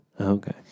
Okay